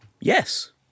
yes